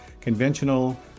conventional